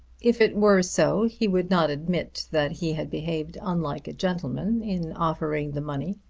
if it were so he would not admit that he had behaved unlike a gentleman in offering the money.